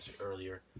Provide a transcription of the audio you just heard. earlier